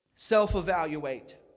Self-evaluate